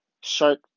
shark